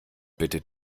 bitte